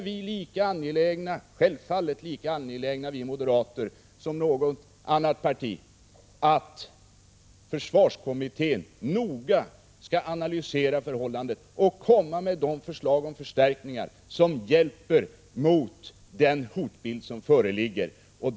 Vi moderater är självfallet lika angelägna som något annat parti att försvarskommittén noga skall analysera förhållandena och komma med de förslag om förstärkningar som hjälper mot den hotbild som föreligger.